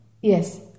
Yes